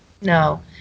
no